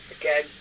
Again